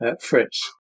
Fritz